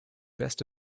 best